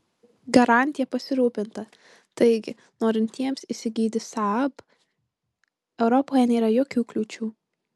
garantija pasirūpinta taigi norintiems įsigyti saab europoje nėra jokių kliūčių